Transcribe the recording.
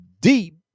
deep